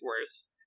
worse